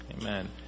Amen